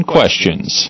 Questions